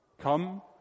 come